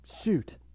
shoot